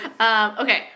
Okay